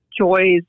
joys